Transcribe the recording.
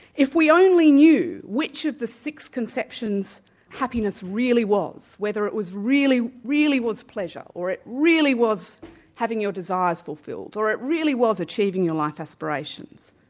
if we only knew which of the six conceptions happiness really was, whether it really really was pleasure, or it really was having your desires fulfilled, or it really was achieving your life aspiration,